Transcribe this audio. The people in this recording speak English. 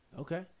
Okay